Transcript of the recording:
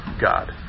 God